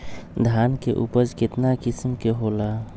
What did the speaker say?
धान के उपज केतना किस्म के होला?